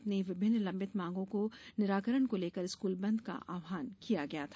अपनी विभिन्न लम्बित मांगों को निराकरण को लेकर स्कूल बंद का आहवान किया गया था